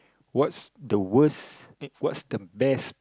what's the worst what's the best